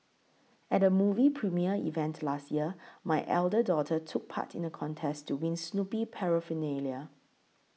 at a movie premiere event last year my elder daughter took part in a contest to win Snoopy paraphernalia